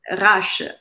rush